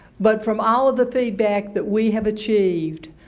but from all of the feedback that we have achieved,